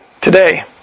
today